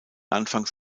anfangs